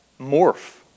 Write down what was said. morph